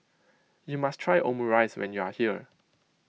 you must try Omurice when you are here